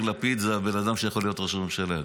לפיד זה הבן אדם שיכול להיות ראש ממשלה.